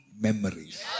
memories